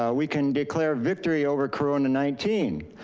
ah we can declare victory over corona nineteen!